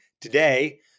today